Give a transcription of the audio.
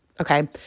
Okay